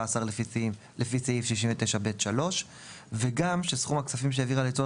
השר לפי סעיף 69(ב)(3); וגם שסכום הכספים שהעבירה לצורך